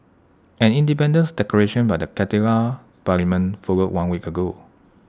an independence declaration by the Catalan parliament followed one week ago